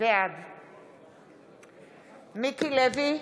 בעד מיקי לוי,